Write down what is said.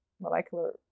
molecular